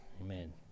Amen